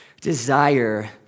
desire